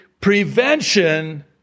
prevention